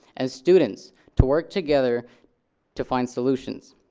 and students, to work together to find solutions,